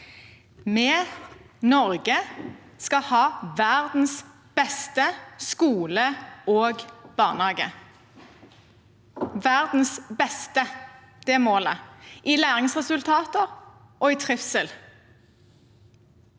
Vi, Norge, skal ha verdens beste skole og barnehage – verdens beste, det er målet, i læringsresultater og trivsel.